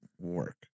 work